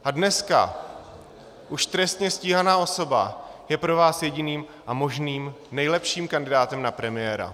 A dneska už trestně stíhaná osoba je pro vás jediným a možným nejlepším kandidátem na premiéra.